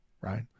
Right